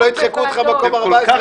שלא יידחקו אותך למקום ה-14,